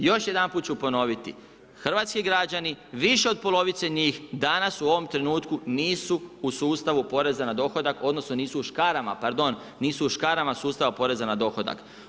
Još jedanput ću ponoviti, hrvatski građani više od polovice njih danas u ovom trenutku nisu u sustavu poreza na dohodak odnosno nisu škarama, pardon, nisu u škarama sustava poreza na dohodak.